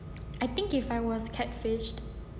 I think if I was catfished